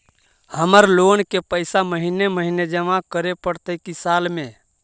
हमर लोन के पैसा महिने महिने जमा करे पड़तै कि साल में?